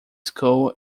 school